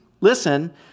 listen